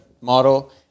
model